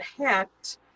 hacked